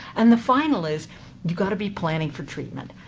and the final is you got to be planning for treatment.